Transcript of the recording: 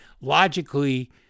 logically